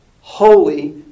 holy